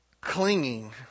clinging